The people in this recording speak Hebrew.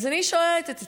אז אני שואלת את עצמי: